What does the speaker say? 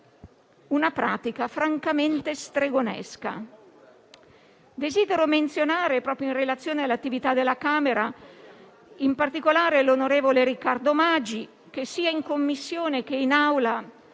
«una pratica francamente stregonesca». Desidero menzionare, proprio in relazione all'attività della Camera, in particolare l'onorevole Riccardo Magi che, sia in Commissione che in Aula,